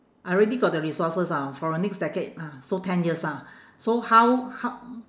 I already got the resources ah for a next decade ah so ten years ah so how how